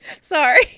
Sorry